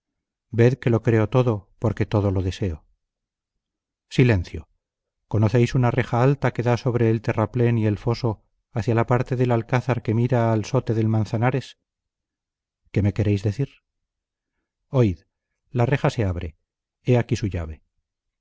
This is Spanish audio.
ved que lo creo todo porque todo lo deseo silencio conocéis una reja alta que da sobre el terraplén y el foso hacia la parte del alcázar que mira al sote del manzanares qué me queréis decir oíd la reja se abre he aquí su llave